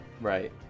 Right